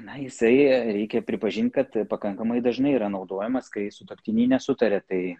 na jisai reikia pripažint kad pakankamai dažnai yra naudojamas kai sutuoktiniai nesutaria tai